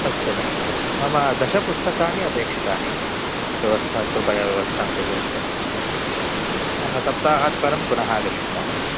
अस्तु महोदय अस्तु मम दश पुस्तकानि अपेक्षितानि व्यवस्था कृपया व्यवस्थां कुर्वन्तु सप्ताहात् परं पुनः आगमिष्यामि अहं